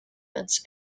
mints